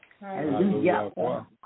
Hallelujah